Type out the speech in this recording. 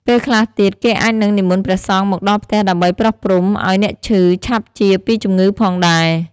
ពេលខ្លះទៀត គេអាចនឹងនិមន្តព្រះសង្ឃមកដល់ផ្ទះដើម្បីប្រោសព្រំ ឱ្យអ្នកឈឺឆាប់ជាពីជម្ងឺផងដែរ។